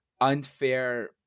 unfair